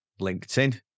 LinkedIn